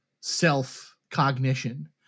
self-cognition